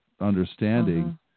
understanding